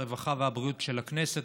הרווחה והבריאות של הכנסת,